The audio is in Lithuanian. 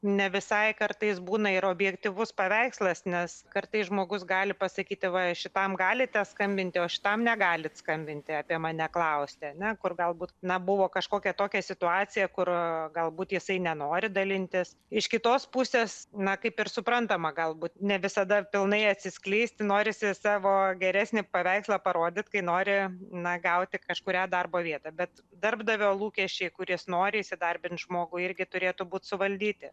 ne visai kartais būna ir objektyvus paveikslas nes kartais žmogus gali pasakyti va šitam galite skambinti o šitam negalit skambinti apie mane klausti ane kur galbūt na buvo kažkokia tokia situacija kur galbūt jisai nenori dalintis iš kitos pusės na kaip ir suprantama galbūt ne visada pilnai atsiskleisti norisi savo geresnį paveikslą parodyt kai nori na gauti kažkurią darbo vietą bet darbdavio lūkesčiai kur jis nori įsidarbint žmogui irgi turėtų būt suvaldyti